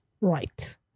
right